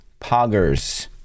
Poggers